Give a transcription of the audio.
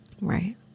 Right